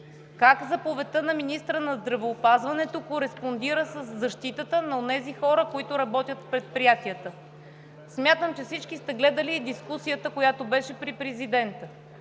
Как заповедта на министъра на здравеопазването кореспондира със защитата на онези хора, които работят в предприятията? Смятам, че всички сте гледали дискусията, която беше при президента.